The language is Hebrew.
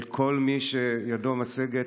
אל כל מי שידו משגת,